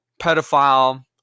pedophile